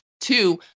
Two